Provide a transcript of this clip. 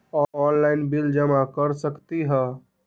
Online bill जमा कर सकती ह?